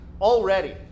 already